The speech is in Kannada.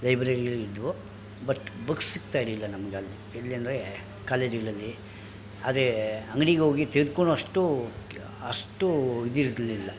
ಲೈಬ್ರರಿಗಳಿದ್ವು ಬಟ್ ಬುಕ್ ಸಿಗ್ತಾಯಿರಲಿಲ್ಲ ನಮಗಲ್ಲಿ ಎಲ್ಲಿ ಅಂದರೆ ಕಾಲೇಜುಗಳಲ್ಲಿ ಅದೇ ಅಂಗಡಿಗೋಗಿ ತೆಗೆದ್ಕೊಳ್ಳೋವಷ್ಟು ಅಷ್ಟು ಇದಿರಲಿಲ್ಲ